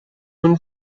اون